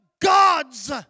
God's